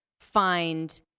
find